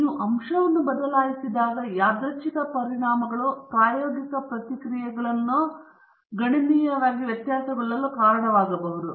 ನೀವು ಅಂಶವನ್ನು ಬದಲಾಯಿಸಿದಾಗ ಯಾದೃಚ್ಛಿಕ ಪರಿಣಾಮಗಳು ಪ್ರಾಯೋಗಿಕ ಪ್ರತಿಕ್ರಿಯೆಯನ್ನು ಗಣನೀಯವಾಗಿ ವ್ಯತ್ಯಾಸಗೊಳ್ಳಲು ಕಾರಣವಾಗಬಹುದು